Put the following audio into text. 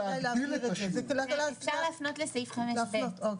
אפשר להפנות לסעיף 5(ב).